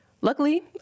Luckily